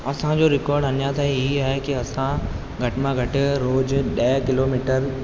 असांजो रिकॉर्ड अञा ताईं हीउ आहे की असां घटि में घटि रोज़ु ॾह किलोमीटर